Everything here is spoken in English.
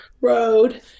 road